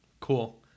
Cool